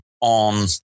on